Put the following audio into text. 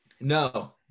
No